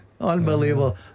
Unbelievable